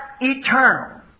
eternal